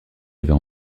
avait